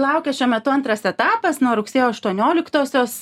laukia šiuo metu antras etapas nuo rugsėjo aštuonioliktosios